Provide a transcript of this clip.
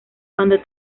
cuando